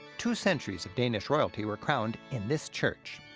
two centuries of danish royalty were crowned in this church.